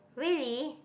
really